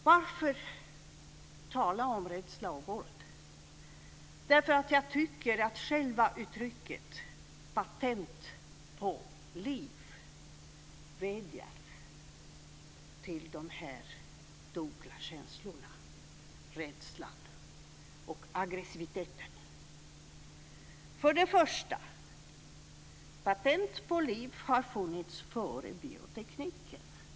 Varför tala om rädsla och våld? Därför att jag tycker att själva uttrycket patent på liv vädjar till de dunkla känslorna - rädslan och agressiviteten. För det första har patent på liv funnits före biotekniken.